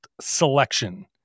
selection